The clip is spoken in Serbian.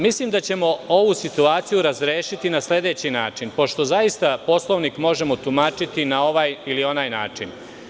Mislim da ćemo ovu situaciju razrešiti na sledeći način, pošto zaista Poslovnik možemo tumačiti na ovaj ili onaj način.